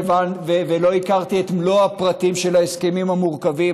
הכרתי את מלוא הפרטים של ההסכמים המורכבים,